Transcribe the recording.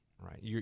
right